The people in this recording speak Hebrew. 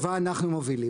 התשובה, אנחנו מובילים.